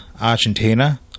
Argentina